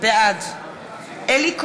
בעד אלי כהן,